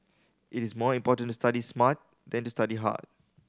it is more important to study smart than to study hard